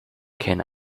can